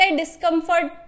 discomfort